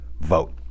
vote